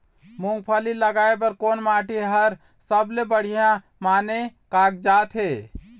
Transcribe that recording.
मूंगफली लगाय बर कोन माटी हर सबले बढ़िया माने कागजात हे?